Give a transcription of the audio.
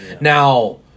Now